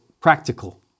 practical